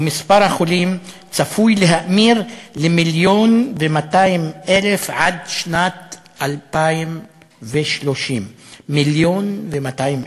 ומספר החולים צפוי להאמיר ל-1.2 מיליון עד שנת 2030. 1.2 מיליון.